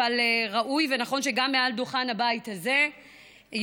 אבל ראוי ונכון שגם מעל דוכן הבית הזה יישמע